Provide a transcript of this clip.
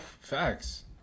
Facts